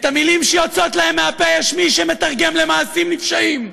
את המילים שיוצאות להם מהפה יש מי שמתרגם למעשים נפשעים.